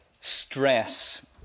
Stress